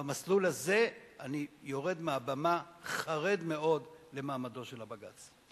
במסלול הזה אני יורד מהבמה חרד מאוד למעמדו של הבג"ץ.